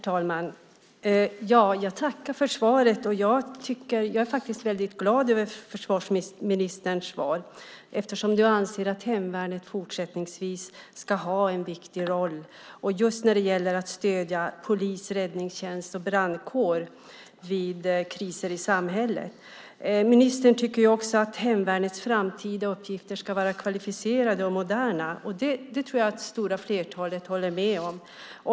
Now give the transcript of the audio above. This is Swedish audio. Herr talman! Jag tackar för svaret. Jag är faktiskt väldigt glad över försvarsministerns svar eftersom han anser att hemvärnet fortsättningsvis ska ha en viktig roll just när det gäller att stödja polis, räddningstjänst och brandkår vid kriser i samhället. Ministern tycker också att hemvärnets framtida uppgifter ska vara kvalificerade och moderna. Det tror jag att det stora flertalet håller med om.